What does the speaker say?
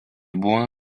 buvo